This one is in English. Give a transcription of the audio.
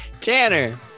Tanner